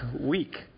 week